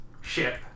ship